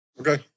okay